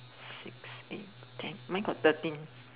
six eight ten mine got thirteen